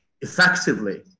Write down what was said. effectively